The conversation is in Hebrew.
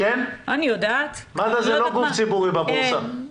כן, מד"א זה לא גוף ציבורי בבורסה,